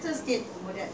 I don't remember that